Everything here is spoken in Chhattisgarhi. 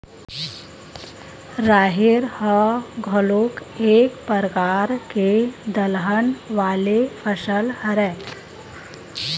राहेर ह घलोक एक परकार के दलहन वाले फसल हरय